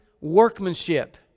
workmanship